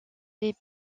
les